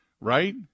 Right